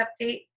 update